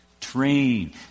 Train